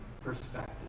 perspective